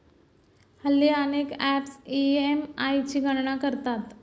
हल्ली अनेक apps EMI ची गणना करतात